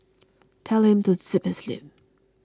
tell him to zip his lip